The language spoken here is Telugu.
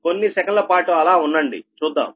కొన్ని సెకన్లపాటు అలా ఉండండి చూద్దాం